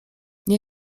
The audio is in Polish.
nie